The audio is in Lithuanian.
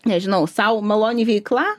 nežinau sau maloni veikla